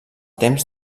temps